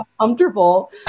comfortable